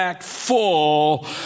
full